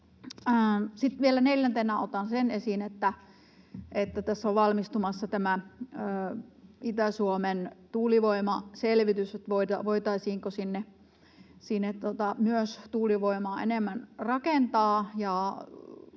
neljäntenä otan esiin sen, että tässä on valmistumassa Itä-Suomen tuulivoimaselvitys, että voitaisiinko sinne myös tuulivoimaa enemmän rakentaa.